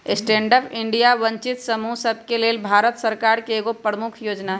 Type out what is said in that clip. stand up India वंचित समूह सभके लेल भारत सरकार के एगो प्रमुख जोजना हइ